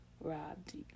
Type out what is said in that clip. robbed